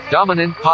Dominant